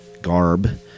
garb